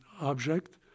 object